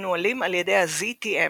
המנוהלים על ידי ה-ZTM.